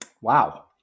Wow